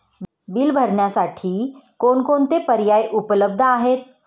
Bill भरण्यासाठी कोणकोणते पर्याय उपलब्ध आहेत?